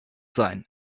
sein